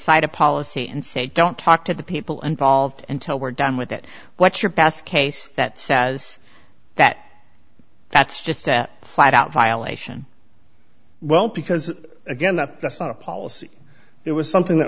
cite a policy and say don't talk to the people involved until we're done with it what's your best case that says that that's just flat out violation well because again that policy it was something that